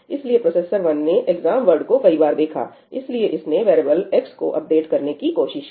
इसलिए प्रोसेसर 1 ने exam word को एक बार देखा इसलिए इसने वेरीएवल x को अपडेट करने की कोशिश की